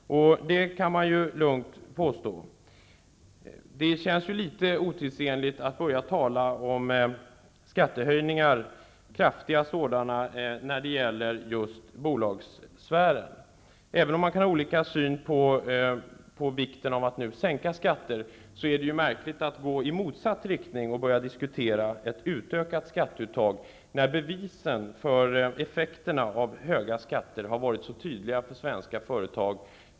Det kan man lugnt påstå. Det känns litet otidsenligt att börja tala om kraftiga skattehöjningar när det gäller bolagssfären. Även om man kan ha olika syn på vikten av att nu sänka skatter, är det märkligt att gå i motsatt riktning och diskutera ett utökat skatteuttag. Bevisen för effekterna av höga skatter för svenska företag har ju varit så tydliga.